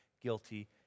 guilty